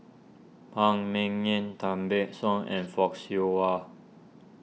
Phan Ming Yen Tan Ban Soon and Fock Siew Wah